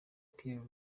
pierre